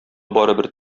барыбер